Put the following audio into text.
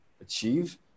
achieve